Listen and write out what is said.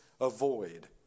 avoid